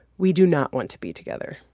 we do not want to be together.